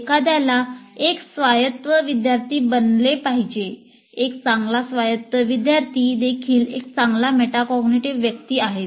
एखाद्याला एक स्वायत्त विद्यार्थी बनले पाहिजे एक चांगला स्वायत्त विद्यार्थी देखील एक चांगला मेटाकॅग्निटिव्ह व्यक्ती आहे